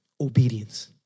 obedience